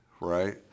right